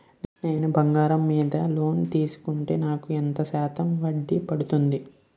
నేను బంగారం మీద లోన్ తీసుకుంటే నాకు ఎంత శాతం వడ్డీ పడుతుంది?